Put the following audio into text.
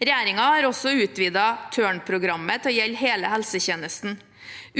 Regjeringen har utvidet Tørn-programmet til å gjelde hele helsetjenesten.